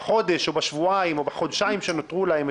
בחודש או בשבועיים או בחודשיים שנותרו להם.